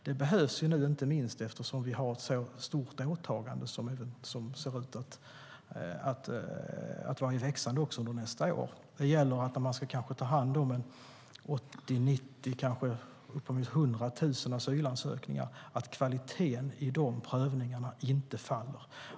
Det behövs inte minst eftersom vi har ett stort åtagande som även ser ut att växa nästa år. Det gäller att ta hand om 80 000, 90 000 eller kanske uppemot 100 000 asylansökningar och att kvaliteten i dessa prövningar inte faller.